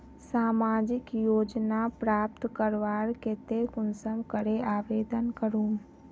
सामाजिक योजना प्राप्त करवार केते कुंसम करे आवेदन करूम?